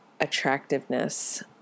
attractiveness